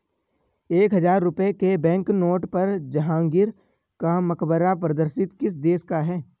एक हजार रुपये के बैंकनोट पर जहांगीर का मकबरा प्रदर्शित किस देश का है?